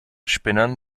spinnern